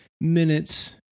minutes